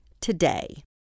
today